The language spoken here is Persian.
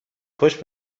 پشت